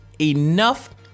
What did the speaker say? enough